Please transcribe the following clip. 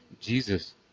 Jesus